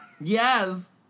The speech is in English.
Yes